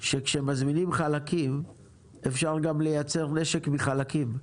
שכשמזמינים חלקים אפשר גם לייצר נשק מחלקים.